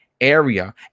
Area